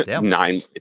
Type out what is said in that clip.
nine